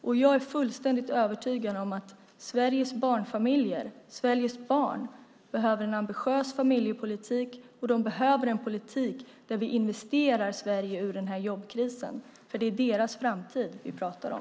Och jag är fullständigt övertygad om att Sveriges barnfamiljer - Sveriges barn - behöver en ambitiös familjepolitik. De behöver en politik där vi investerar Sverige ur den här jobbkrisen. Det är deras framtid vi pratar om.